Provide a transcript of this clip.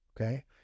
Okay